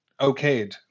okayed